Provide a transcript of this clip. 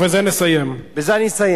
ובזה נסיים.